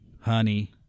Honey